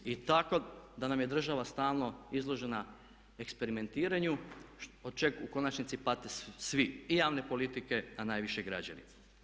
I tako nam je država stalno izložena eksperimentiranju od čega u konačnici pate svi i javne politike, a najviše građani.